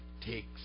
takes